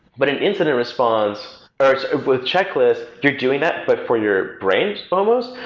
but in incident response, or with checklists you're doing that, but for your brains almost.